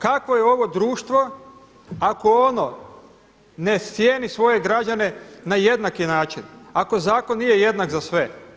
Kakvo je ovo društvo ako ono ne cijeni svoje građane na jednaki način, ako zakon nije jednak za sve?